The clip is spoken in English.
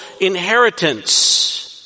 inheritance